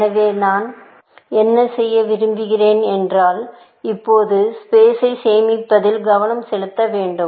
எனவே நான் என்ன செய்ய விரும்புகிறேன் என்றால் இப்போதுஸ்பேஸை சேமிப்பதில் கவனம் செலுத்த வேண்டும்